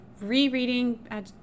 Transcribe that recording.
rereading